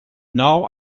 now